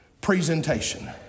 presentation